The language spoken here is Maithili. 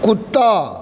कुत्ता